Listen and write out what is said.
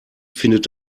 findet